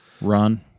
run